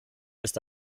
ist